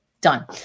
done